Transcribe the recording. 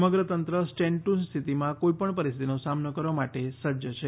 સમગ્ર તંત્ર સ્ટેન્ડ ટુની સ્થિતિમાં કોઇપણ પરીસ્થિતિનો સામનો કરવા માટે સજજ છે